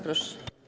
Proszę.